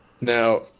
Now